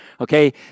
Okay